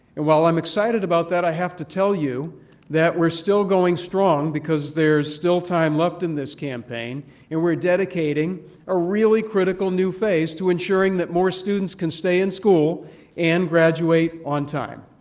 and while i'm excited about that, i have to tell you that we're still going strong because there is still time left in this campaign and we're dedicating a really critical new phase to ensuring that more students can stay in school and graduate on time.